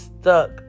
stuck